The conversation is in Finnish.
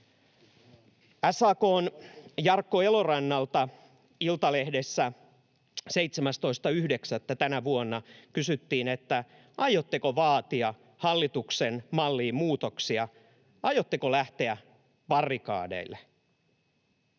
SAK:n Jarkko Elorannalta Iltalehdessä 17.9. tänä vuonna kysyttiin, että aiotteko vaatia hallituksen malliin muutoksia. Aiotteko lähteä barrikadeille?